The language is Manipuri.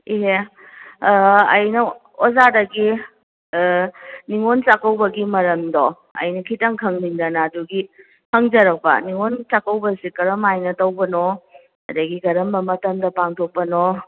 ꯏꯍꯦ ꯑꯩꯅ ꯑꯣꯖꯥꯗꯒꯤ ꯅꯤꯉꯣꯜ ꯆꯥꯛꯀꯧꯕꯒꯤ ꯃꯔꯝꯗꯣ ꯑꯩꯅ ꯈꯤꯇꯪ ꯈꯪꯅꯤꯡꯗꯅ ꯑꯗꯨꯒꯤ ꯍꯪꯖꯔꯛꯄ ꯅꯤꯉꯣꯟ ꯆꯥꯛꯀꯧꯕꯁꯤ ꯀꯔꯝꯍꯥꯏꯅ ꯇꯧꯕꯅꯣ ꯑꯗꯒꯤ ꯀꯔꯝꯕ ꯃꯇꯝꯗ ꯄꯥꯡꯊꯣꯛꯄꯅꯣ